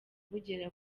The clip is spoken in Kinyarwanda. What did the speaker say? bugera